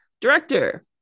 Director